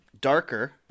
darker